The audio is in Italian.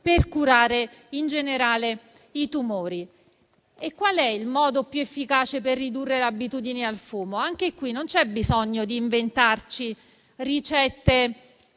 per curare in generale i tumori e qual è il modo più efficace per ridurre l'abitudine al fumo? Anche qui, non c'è bisogno di inventarci ricette